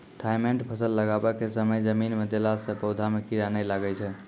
Thimet फ़सल लगाबै के समय जमीन मे देला से पौधा मे कीड़ा नैय लागै छै?